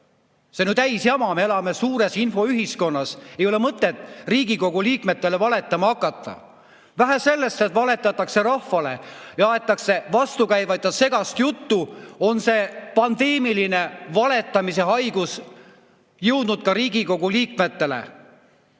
See on ju täis jama! Me elame suures infoühiskonnas, ei ole mõtet Riigikogu liikmetele valetama hakata. Vähe sellest, et valetatakse rahvale ja aetakse vastukäivat ja segast juttu, see pandeemilise valetamise haigus on jõudnud ka Riigikogu liikmeteni